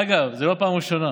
אגב, זו לא פעם ראשונה,